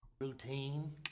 Routine